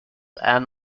and